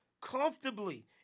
comfortably